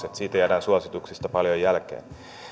että siinä jäädään suosituksista paljon jälkeen